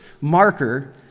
marker